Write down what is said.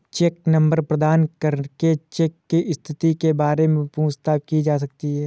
check number प्रदान करके cheque की स्थिति के बारे में पूछताछ की जा सकती है